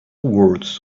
words